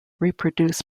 reproduce